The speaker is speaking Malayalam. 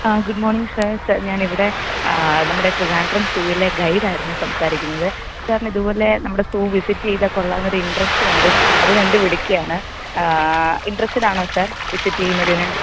ആ ഗുഡ് മോണിങ് സാർ സാർ ഞാൻ ഇവിടെ നമ്മുടെ ട്രിവാൻഡ്രം സൂവിലെ ഗൈഡായിരുന്നു സംസാരിക്കുന്നത് സാറിന് ഇത് പോലെ നമ്മുടെ സൂ വിസിറ്റ് ചെയ്താൽ കൊള്ളമെന്നുള്ള ഒരു ഇത് കണ്ടു അതു കണ്ടു വിളിക്കുകയാണ് ഇൻട്രസ്റ്റഡ് ആണോ സാർ വിസിറ്റ് ചെയ്യുന്നതിന്